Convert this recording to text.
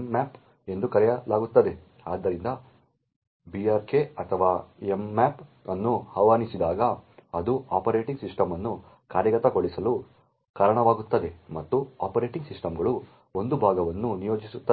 mmap ಎಂದು ಕರೆಯಲಾಗುತ್ತದೆ ಆದ್ದರಿಂದ brk ಅಥವಾ mmap ಅನ್ನು ಆಹ್ವಾನಿಸಿದಾಗ ಅದು ಆಪರೇಟಿಂಗ್ ಸಿಸ್ಟಮ್ ಅನ್ನು ಕಾರ್ಯಗತಗೊಳಿಸಲು ಕಾರಣವಾಗುತ್ತದೆ ಮತ್ತು ಆಪರೇಟಿಂಗ್ ಸಿಸ್ಟಮ್ಗಳು ಒಂದು ಭಾಗವನ್ನು ನಿಯೋಜಿಸುತ್ತದೆ